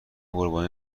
قربانی